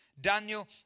Daniel